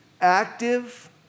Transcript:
active